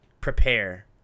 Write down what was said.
prepare